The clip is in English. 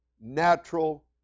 natural